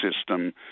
system